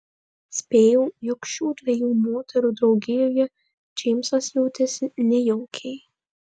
spėjau jog šių dviejų moterų draugijoje džeimsas jautėsi nejaukiai